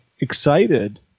excited